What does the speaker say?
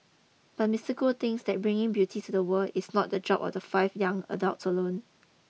but Mister Goth thinks that bringing beauty to the world is not the job of the five young adults alone